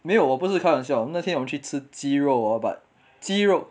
没有我不是开玩笑那天我们去吃鸡肉 hor but 鸡肉